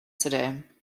today